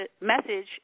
message